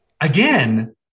again